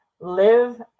Live